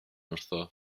wrtho